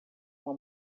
uma